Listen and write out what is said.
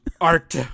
Art